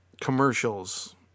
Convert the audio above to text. commercials